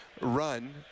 run